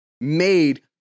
made